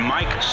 Mike